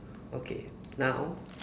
okay now